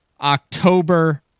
October